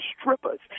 strippers